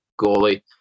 goalie